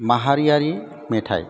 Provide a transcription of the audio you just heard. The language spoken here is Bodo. माहारियारि मेथाइ